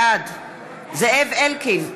בעד זאב אלקין,